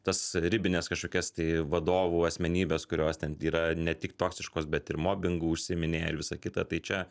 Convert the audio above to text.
tas ribines kažkokias tai vadovų asmenybes kurios ten yra ne tik toksiškos bet ir mobingu užsiiminėja ir visa kita tai čia